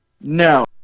No